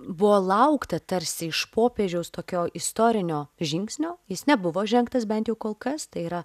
buvo laukta tarsi iš popiežiaus tokio istorinio žingsnio jis nebuvo žengtas bent jau kol kas tai yra